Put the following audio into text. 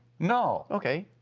no! okay.